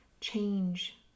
change